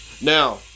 Now